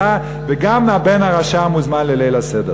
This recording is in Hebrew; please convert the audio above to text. והקדוש-ברוך-הוא אמר: "כאשר יענו אותו כן ירבה וכן יפרֹץ".